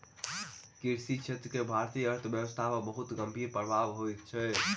कृषि क्षेत्र के भारतीय अर्थव्यवस्था पर बहुत गंभीर प्रभाव होइत अछि